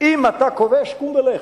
אם אתה כובש, קום ולך.